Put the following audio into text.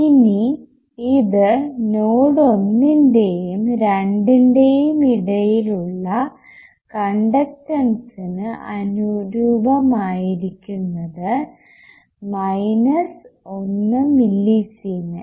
ഇനി ഇത് നോഡ് ഒന്നിന്റെയും രണ്ടിന്റെയും ഇടയിൽ ഉള്ള കണ്ടക്ടൻസിനു അനുരൂപമായിരിക്കുന്നത് മൈനസ് 1 മില്ലിസീമെൻ